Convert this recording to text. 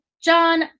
John